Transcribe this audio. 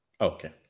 Okay